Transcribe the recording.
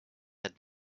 had